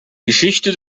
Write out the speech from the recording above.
geschichte